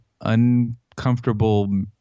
uncomfortable